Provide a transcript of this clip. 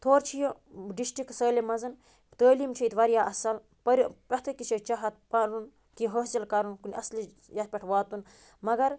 تھوٚر چھِ یہِ ڈِسٹرک سٲلِم منٛزَن تعلیٖم چھِ ییٚتہِ واریاہ اَصٕل پٔرِ پرٮ۪تھ أکِس چھِ چاہت پَرُن کیٚنہہ حٲصِل کَرُن کُنہِ اصٕلہِ یَتھ پٮ۪ٹھ واتُن مگر